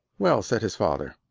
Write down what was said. well, said his father,